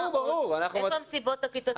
איפה המסיבות הכיתתיות?